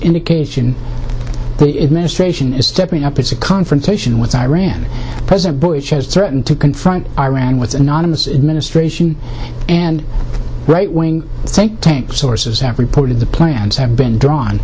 indication ministration is stepping up its a confrontation with iran president bush has threatened to confront iran with anonymous administration and right wing think tank sources have reported the plans have been drawn